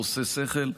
הוא עושה שכל.